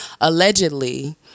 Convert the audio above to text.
allegedly